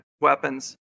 weapons